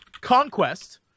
conquest